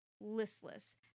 listless